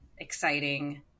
exciting